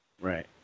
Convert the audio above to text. Right